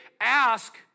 ask